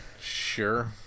Sure